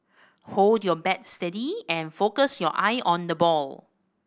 hold your bat steady and focus your eye on the ball